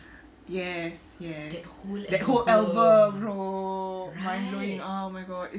yes yes that whole album bro mind blowing ah oh my god